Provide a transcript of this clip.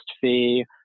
fee